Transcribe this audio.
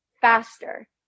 faster